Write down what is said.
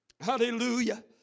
Hallelujah